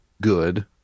good